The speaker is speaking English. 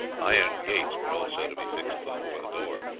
iron gates were also to be fixed before the door.